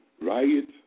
Riot